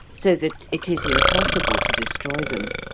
so that it is impossible to destroy them.